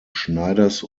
schneiders